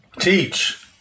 Teach